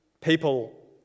people